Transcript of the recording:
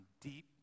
deep